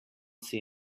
see